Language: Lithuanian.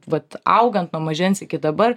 vat augant nuo mažens iki dabar